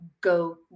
go